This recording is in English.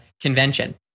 convention